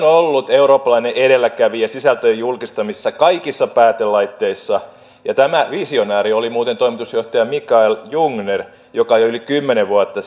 ollut eurooppalainen edelläkävijä sisältöjen julkistamisessa kaikissa päätelaitteissa ja tämä visionääri oli muuten toimitusjohtaja mikael jungner joka jo yli kymmenen vuotta